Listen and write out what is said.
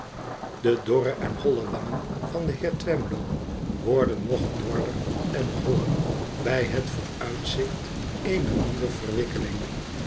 de dorre en holle wangen van den heer twemlow worden nog dorder en holler bij het vooruitzicht eener nieuwe verwikkeling